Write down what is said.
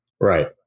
Right